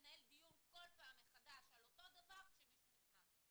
לנהל דיון כל פעם מחדש על אותו הדבר כשמישהו נכנס.